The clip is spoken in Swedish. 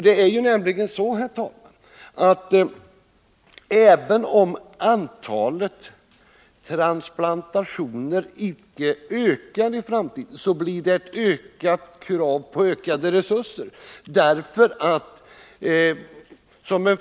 Det är nämligen så, herr talman, att det även om antalet transplantationer icke ökar i framtiden kommer att ställas större krav på resurser på detta område.